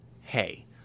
Hey